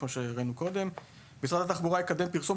כמו שהראינו קודם; משרד התחבורה יקדם פרסום